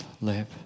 live